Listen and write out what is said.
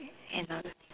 another